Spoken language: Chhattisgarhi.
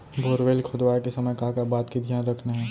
बोरवेल खोदवाए के समय का का बात के धियान रखना हे?